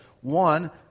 One